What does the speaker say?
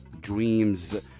dreams